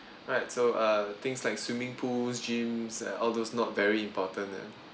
alright so uh things like swimming pools gyms all those not very important ah